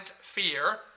fear